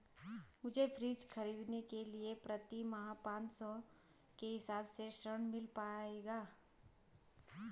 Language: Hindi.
मुझे फ्रीज खरीदने के लिए प्रति माह पाँच सौ के हिसाब से ऋण मिल पाएगा?